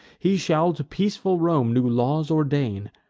he shall to peaceful rome new laws ordain,